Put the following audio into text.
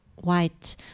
white